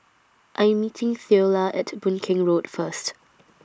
I Am meeting Theola At Boon Keng Road First